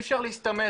אי אפשר להסתמך